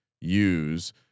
use